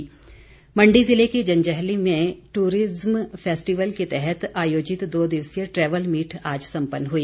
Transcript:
travel meet Mandi ज़िले के जंजैहली में टूरिज़्म फैस्टिवल के तहत आयोजित दो दिवसीय ट्रैवल मीट आज सम्पन्न हुई